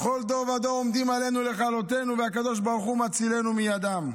בכל דור ודור עומדים עלינו לכלותינו והקדוש ברוך הוא מצילנו מידם.